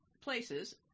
places